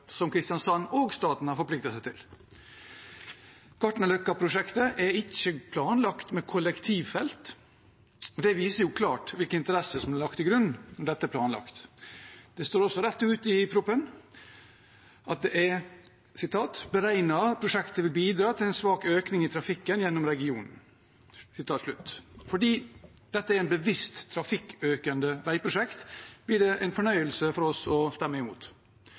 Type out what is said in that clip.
som Kristiansand og staten har forpliktet seg til. Gartnerløkka-prosjektet er ikke planlagt med kollektivfelt, og det viser klart hvilke interesser som er lagt til grunn når dette er planlagt. Det står også rett ut i proposisjonen: «det er beregnet at prosjektet vil bidra til en svak økning i trafikken gjennom regionen.» Fordi dette er et bevisst trafikkøkende veiprosjekt, blir det en fornøyelse for oss å stemme